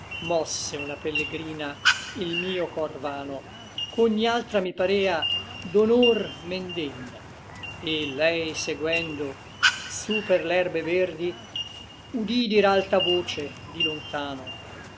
mosse una pellegrina il mio cor vano ch'ogni altra mi parea d'onor men degna et lei seguendo su per l'erbe verdi udí dir alta voce di lontano